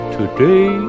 today